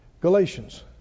Galatians